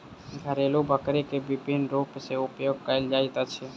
घरेलु बकरी के विभिन्न रूप सॅ उपयोग कयल जाइत अछि